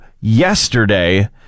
yesterday